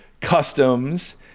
customs